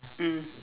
mm